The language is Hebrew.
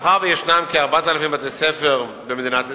מאחר שישנם כ-4,000 בתי-ספר במדינת ישראל,